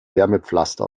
wärmepflaster